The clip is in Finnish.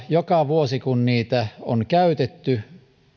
joka vuosi kun metso rahoja on käytetty